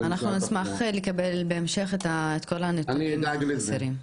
אנחנו נשמח לקבל בהמשך את כל הנתונים החסרים.